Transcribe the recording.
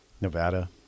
Nevada